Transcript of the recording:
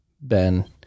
Ben